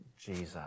Jesus